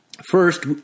First